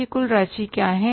यह कुल राशि क्या है